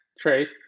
Trace